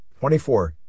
24